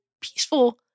peaceful